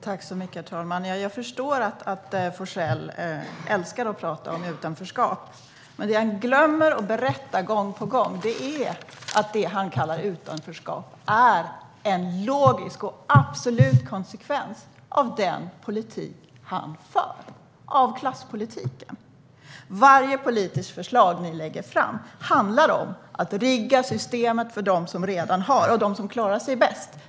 Herr talman! Jag förstår att Forssell älskar att prata om utanförskap. Men det han gång på gång glömmer att berätta är att det han kallar utanförskap är en logisk och absolut konsekvens av den politik som han för. Det är en konsekvens av klasspolitiken. Varje politiskt förslag ni lägger fram handlar om att rigga systemet för dem som redan har och för dem som klarar sig bäst.